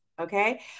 Okay